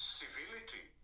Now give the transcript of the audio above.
civility